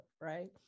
right